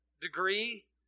degree